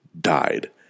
died